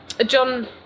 John